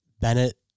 Bennett